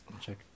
Check